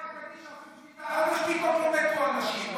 ופתאום לא מתו אנשים.